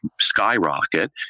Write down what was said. skyrocket